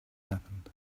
happened